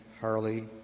Harley